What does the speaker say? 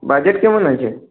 budget কেমন আছে